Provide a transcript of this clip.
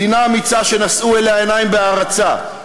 מדינה אמיצה שנשאו אליה עיניים בהערצה,